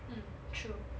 mm true